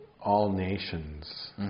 all-nations